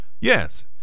Yes